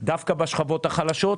דווקא בשכבות החלשות,